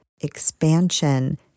expansion